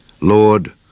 Lord